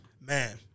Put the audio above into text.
Man